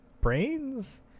Brains